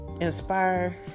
inspire